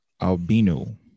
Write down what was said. albino